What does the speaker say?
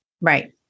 Right